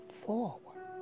forward